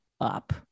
up